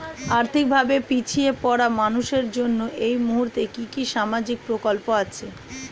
আর্থিক ভাবে পিছিয়ে পড়া মানুষের জন্য এই মুহূর্তে কি কি সামাজিক প্রকল্প আছে?